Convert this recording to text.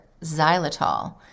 xylitol